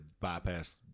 bypass